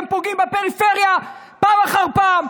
אתם פוגעים בפריפריה פעם אחר פעם,